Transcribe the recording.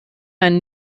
einen